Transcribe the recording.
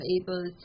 able